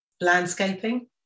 landscaping